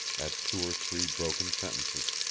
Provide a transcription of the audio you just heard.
at two or three broken sentences.